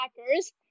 hackers